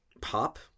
Pop